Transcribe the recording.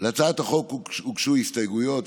להצעת החוק הוגשו הסתייגויות.